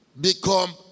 become